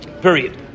period